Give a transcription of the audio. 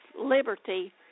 liberty